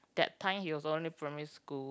that time he was only primary school